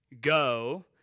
Go